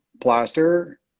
plaster